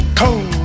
cold